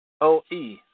OE